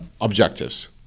objectives